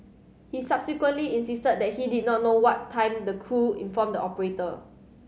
he subsequently insisted that he did not know what time the crew informed the operator